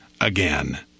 again